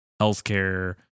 healthcare